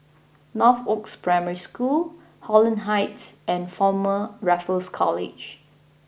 Northoaks Primary School Holland Heights and Former Raffles College